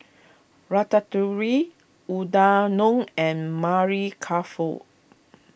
Ratatouire Udanon and Mari Kof